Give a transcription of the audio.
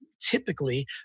typically